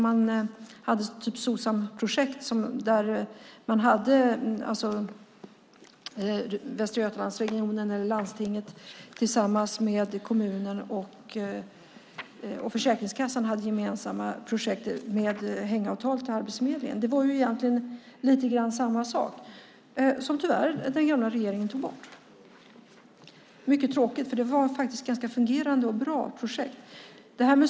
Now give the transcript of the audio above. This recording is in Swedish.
Man hade typ Socsamprojekt där Västra Götalandsregionen eller landstinget tillsammans med kommunen och Försäkringskassan hade gemensamma projekt med hängavtal till Arbetsförmedlingen. Det var egentligen lite grann samma sak, vilket den gamla regeringen tyvärr tog bort. Det är mycket tråkigt, för det var faktiskt ganska fungerande och bra projekt.